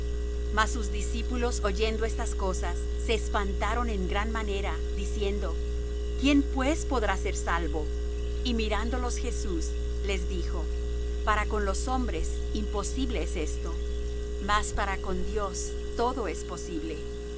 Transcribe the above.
mas sus discípulos oyendo estas cosas se espantaron en gran manera diciendo quién pues podrá ser salvo y mirándo los jesús les dijo para con los hombres imposible es esto mas para con dios todo es posible